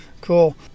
Cool